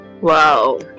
wow